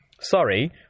sorry